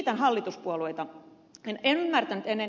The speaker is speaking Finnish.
en ymmärtänyt ennen ed